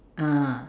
ah